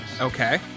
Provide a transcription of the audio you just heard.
Okay